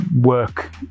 work